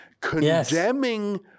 condemning